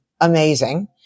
amazing